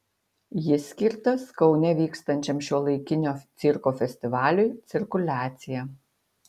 jis skirtas kaune vykstančiam šiuolaikinio cirko festivaliui cirkuliacija